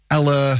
Ella